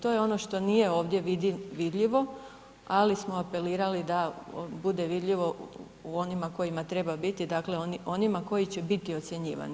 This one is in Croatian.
To je ono što nije ovdje vidljivo, ali smo apelirali da bude vidljivo u onima u kojima treba biti dakle onima koji će biti ocjenjivani.